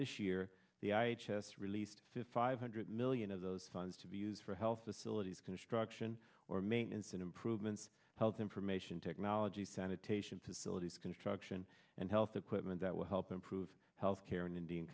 this year the i h s released to five hundred million of those funds to be used for health facilities construction or maintenance and improvements health information technology sanitation facilities construction and health equipment that will help improve health care in indian